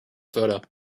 photo